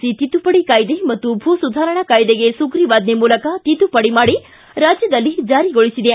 C ತಿದ್ದುಪಡಿ ಕಾಯ್ದೆ ಮತ್ತು ಭೂ ಸುಧಾರಣಾ ಕಾಯ್ದೆಗೆ ಸುಗ್ರೀವಾಜ್ಞೆ ಮೂಲಕ ತಿದ್ದುಪಡಿ ಮಾಡಿ ರಾಜ್ಯದಲ್ಲಿ ಜಾರಿಗೊಳಿಸಿದೆ